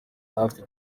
natwe